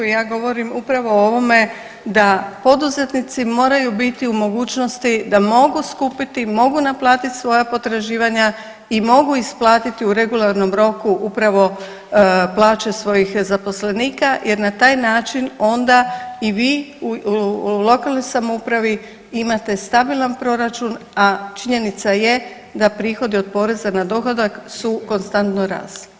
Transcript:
Ja govorim upravo o ovome da poduzetnici moraju biti u mogućnosti da mogu skupiti, mogu naplatiti svoja potraživanja i mogu isplatiti u regularnom roku upravo plaće svojih zaposlenika, jer na taj način onda i vi u lokalnoj samoupravi imate stabilan proračun a činjenica je da prihodi od poreza na dohodak su konstantno rasli.